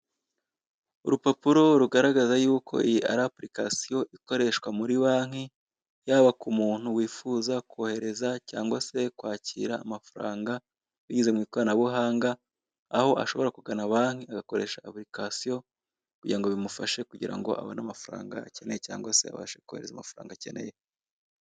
Abakozi k'umurimo urabona ko imbere hari ingorofani yikorera imizigo, imbere yaho hari abacuruzi ndetse nabamotari batwaye moto bisa naho bagiye mukazi ndetse niruhande rwabo harimo aba papa beza cyane bagiye mukazi.